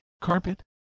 carpet